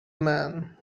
man